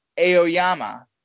Aoyama